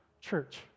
church